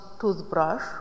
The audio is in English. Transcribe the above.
toothbrush